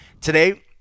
Today